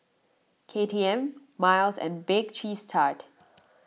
K T M Miles and Bake Cheese Tart